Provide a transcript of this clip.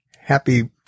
happy